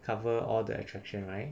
cover all the attraction right